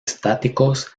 estáticos